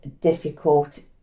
difficult